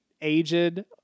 aged